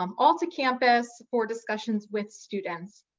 um all to campus for discussions with students.